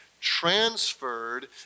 transferred